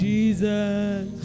Jesus